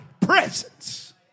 presence